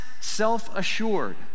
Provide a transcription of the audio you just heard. self-assured